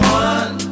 one